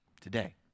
today